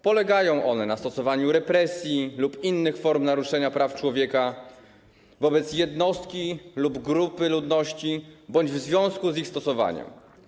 Polegają one na stosowaniu represji lub innych form naruszenia praw człowieka wobec jednostki lub grupy ludności bądź w związku z ich stosowaniem.